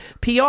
PR